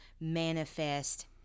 manifest